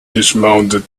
dismounted